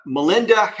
Melinda